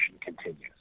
continues